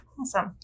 Awesome